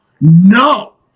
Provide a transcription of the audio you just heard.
No